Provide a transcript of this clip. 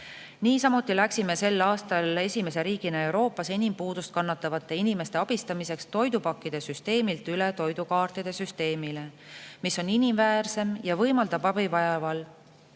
Niisamuti läksime sel aastal esimese riigina Euroopas enim puudust kannatavate inimeste abistamiseks toidupakkide süsteemilt üle toidukaartide süsteemile, mis on inimväärsem ja võimaldab abivajajale